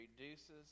reduces